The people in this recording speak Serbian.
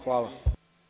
Hvala.